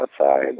outside